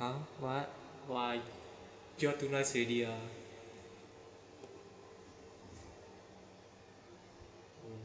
uh what why you're too nice already ah mm